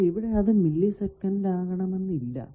എന്നാൽ ഇവിടെ അത് 1 മില്ലി സെക്കന്റ് ആകണമെന്നില്ല